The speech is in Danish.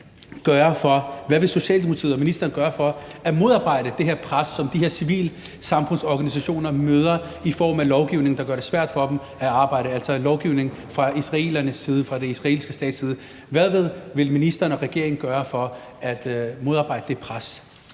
Hvad vil Socialdemokratiet og ministeren gøre for at modarbejde det her pres, som de her civilsamfundsorganisationer møder i form af lovgivning, der gør det svært for dem at arbejde, altså en lovgivning fra israelernes side, fra den israelske stats side? Hvad vil ministeren og regeringen gøre for at modarbejde det pres?